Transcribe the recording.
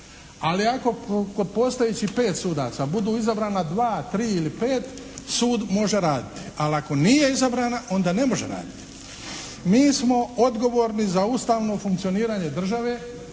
Ali ako od postojećih pet sudaca budu izabrana dva, tri ili pet sud može raditi. Ali ako nije izabrana, onda ne može raditi. Mi smo odgovorni za ustavno funkcioniranje države